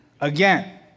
Again